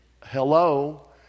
Hello